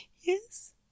Yes